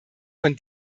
von